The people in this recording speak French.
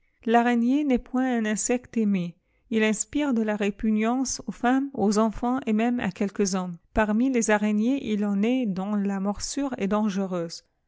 l'araignée n'est point un insecte aimé il inspire de la répugnance aux femmes aux enfants et même à quelques honnjriies parmi les araignées il en est dont la morsure est dangereuse